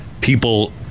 people